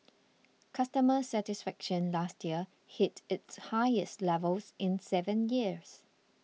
customer satisfaction last year hit its highest levels in seven years